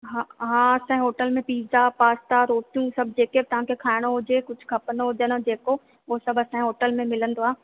हा हा असांजे होटल में पिज़्ज़ा पास्ता रोटियूं सभु जेके बि तव्हांखे खाइणो हुजे कुझु खपंदो हुजे न जेको हो सभु असांजे होटल में मिलंदो आहे